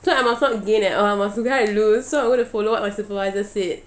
so I must not gain at all I must lose so I'm going to follow what my supervisor said